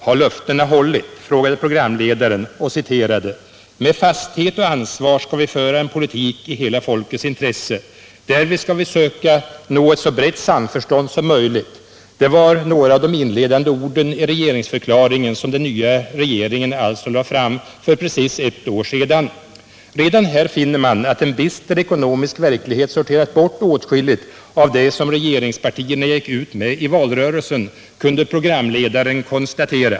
Har löftena hållits?” frågade programledaren och citerade: ”Med fasthet och ansvar skall vi föra en politik i hela folkets intresse. Därvid skall vi söka nå ett så brett samförstånd som möjligt.” Det var några av de inledande orden i regeringsförklaringen, som den nya regeringen alltså lade fram för precis ett år sedan. ”Redan här finner man att en bister ekonomisk verklighet sorterar bort åtskilligt av det som regeringspartierna gick ut med i valrörelsen”, kunde programledaren konstatera.